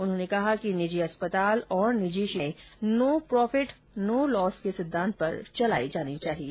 उन्होंने कहा कि निजी अस्पताल और निजी षिक्षण संस्थाए नो प्रोफिट नो लोस के सिद्धांत पर चलायी जानी चाहिए